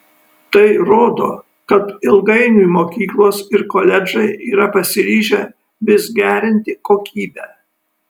tai rodo kad ilgainiui mokyklos ir koledžai yra pasiryžę vis gerinti kokybę